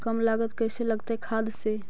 कम लागत कैसे लगतय खाद से?